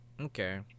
Okay